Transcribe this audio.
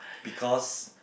because